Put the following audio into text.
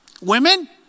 Women